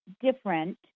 different